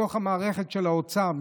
בתוך המערכת של האוצר.